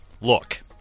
look